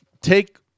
take